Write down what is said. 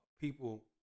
people